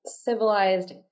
civilized